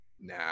Nah